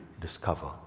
discover